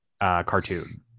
cartoon